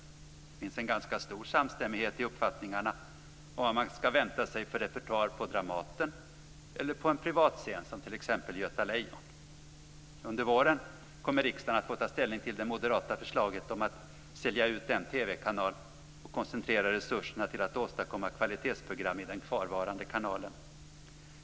Det finns en ganska stor samstämmighet i uppfattningarna om vad man ska vänta sig för repertoar på Dramaten eller på en privatscen som t.ex. Göta Lejon. Under våren kommer riksdagen att få ta ställning till det moderata förslaget om att sälja ut en TV-kanal och koncentrera resurserna till att åstadkomma kvalitetsprogram i den kvarvarande kanalen.